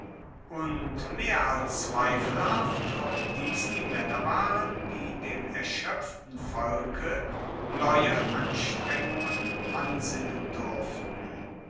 und mehr als zweifelhaft ob dies die maenner waren die dem erschoepften volke neue anstrengungen ansinnen durften